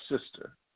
sister